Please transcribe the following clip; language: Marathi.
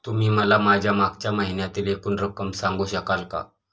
तुम्ही मला माझ्या मागच्या महिन्यातील एकूण रक्कम सांगू शकाल का?